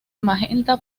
magenta